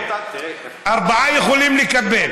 ארבעה יכולים לקבל.